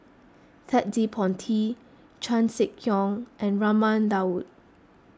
Ted De Ponti Chan Sek Keong and Raman Daud